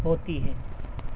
ہوتی ہے